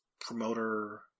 promoter